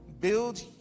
Build